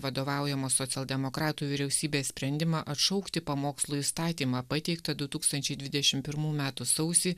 vadovaujamos socialdemokratų vyriausybės sprendimą atšaukti pamokslų įstatymą pateiktą du tūlstančiai dvidešim pirmų metų sausį